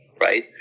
right